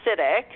acidic